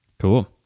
Cool